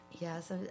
Yes